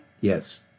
Yes